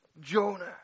Jonah